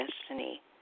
destiny